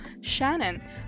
shannon